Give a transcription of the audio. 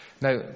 Now